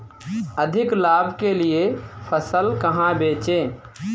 अधिक लाभ के लिए फसल कहाँ बेचें?